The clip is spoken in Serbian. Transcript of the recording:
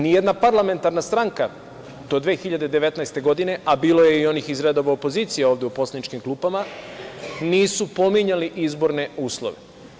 Ni jedna parlamentarna stranka do 2019. godine, a bilo je i onih iz redova opozicije ovde u poslaničkim klupama, nisu pominjali izborne uslove.